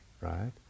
right